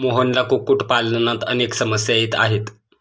मोहनला कुक्कुटपालनात अनेक समस्या येत आहेत